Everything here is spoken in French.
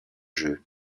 jeu